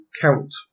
count